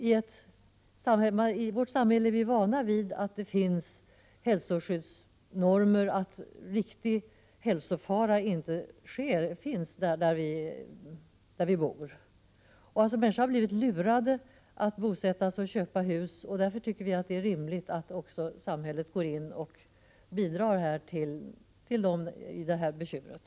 I vårt samhälle är vi vana vid att det finns hälsoskyddsnormer och att riktig hälsofara inte finns där vi bor. Människor har alltså blivit lurade att köpa dessa hus, och därför tycker vi att det är rimligt att samhället också ger bidrag för att komma till rätta med det här bekymret.